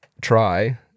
try